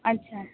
अच्छा